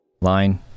Line